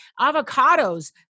Avocados